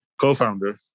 Co-founder